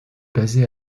basé